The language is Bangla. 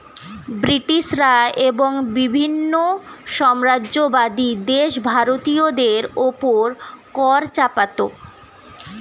ব্রিটিশরা এবং বিভিন্ন সাম্রাজ্যবাদী দেশ ভারতীয়দের উপর কর চাপাতো